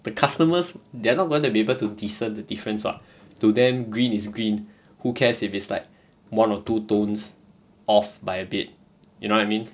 the customers they are not going to be able to discern the difference [what] to them green is green who cares if it's like one or two tones off by a bit you know what I mean